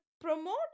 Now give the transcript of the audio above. promote